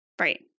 Right